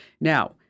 Now